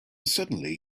suddenly